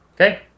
Okay